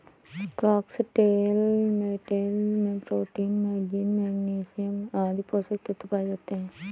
foxtail millet में protein, manganese, magnesium आदि पोषक तत्व पाए जाते है